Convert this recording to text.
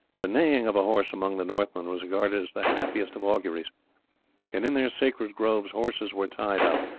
the neighing of a horse among the northmen was regarded as the happiest of auguries, and in their sacred groves horses were tied up,